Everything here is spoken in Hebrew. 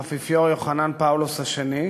האפיפיור יוחנן פאולוס השני,